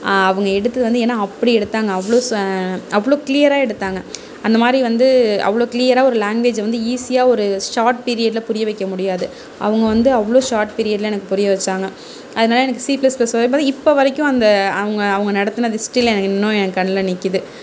அவங்க எடுத்தது வந்து ஏன்னா அப்படியே எடுத்தாங்க அவ்வளோ அவ்வளோ கிளீயராக எடுத்தாங்க அந்த மாதிரி வந்து அவ்வளோ கிளீயராக ஒரு லேங்வேஜை வந்து ஈஸியாக ஒரு ஷார்ட் பீரியடில் புரிய வைக்க முடியாது அவங்க வந்து அவ்வளோ ஷார்ட் பீரியடில் எனக்கு புரிய வைச்சாங்க அதனால எனக்கு சி பிளஸ் பிளஸ் இப்போ வரைக்கும் அந்த அவங்க அவங்க நடத்தின இன்னும் என் கண்ணில்